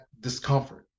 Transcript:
discomfort